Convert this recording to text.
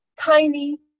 tiny